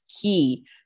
key